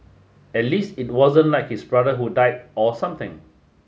at least it wasn't like his brother who died or something